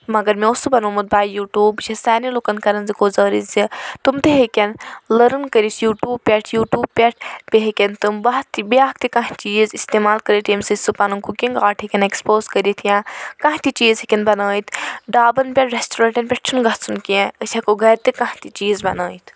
مگر مےٚ اوس سُہ بَنومُت باے یوٗٹوٗب بہٕ چھَس سارنے لُکَن کران زِ گُزٲرِش زِ تِم تہِ ہیٚکَن کٔرِتھ یوٗٹوٗب پیٚٹھ یوٗٹوٗب پیٚٹھ تہِ ہیٚکن تم بیاکھ تہِ کانٛہہ چیٖز استعمال کٔرِتھ ییٚمہِ سۭتۍ سُہ پَنُن کُکٕنٛگ آرٹ ہیٚکن ایٚکسپوز کٔرِتھ یا کانٛہہ تہِ چیٖز ہیٚکن بَنٲیِتھ ڈابن پیٚتھ ریٚسٹورنٹن پیٚٹھ چھُ نہٕ گَژھُن کینٛہہ أسۍ ہیٚکو گَرِ تہِ کانٛہہ تہِ چیٖز بَنٲیِتھ